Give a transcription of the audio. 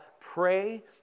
pray